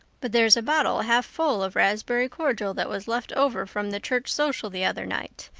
but there's a bottle half full of raspberry cordial that was left over from the church social the other night.